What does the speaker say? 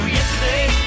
Yesterday